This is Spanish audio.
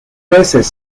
veces